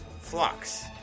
flocks